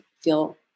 feel